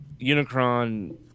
Unicron